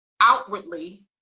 outwardly